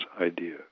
idea